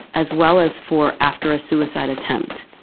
as well as for after a suicide attempt.